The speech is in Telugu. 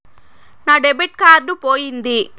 నా డెబిట్ కార్డు పోయింది